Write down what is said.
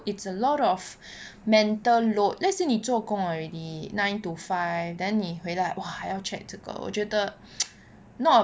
it's a lot of mental load let's say 你做工 already nine to five then 你回来 !wah! 还要 check 这个我觉得 not